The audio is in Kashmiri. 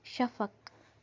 شفق